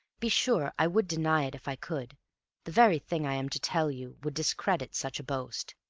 be sure i would deny it if i could the very thing i am to tell you would discredit such a boast.